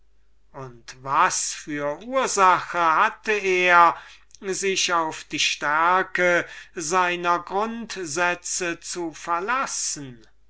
und was für ursache hatte er sich auf die stärke seiner grundsätze zu verlassen